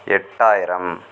எட்டாயிரம்